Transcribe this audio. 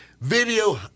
Video